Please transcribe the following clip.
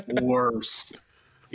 worse